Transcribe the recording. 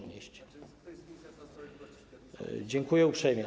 Dziękuję uprzejmie.